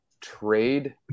trade